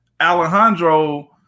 Alejandro